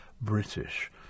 British